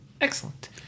Excellent